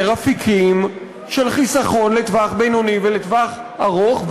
אפיקים של חיסכון לטווח בינוני ולטווח ארוך,